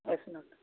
yes doctor